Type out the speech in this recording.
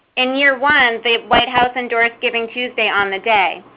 in year one the white house endorsed givingtuesday on the day.